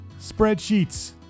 Spreadsheets